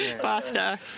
Faster